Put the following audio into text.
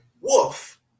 wolf